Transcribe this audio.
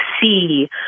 see